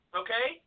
okay